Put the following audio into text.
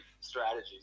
strategies